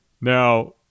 Now